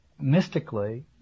mystically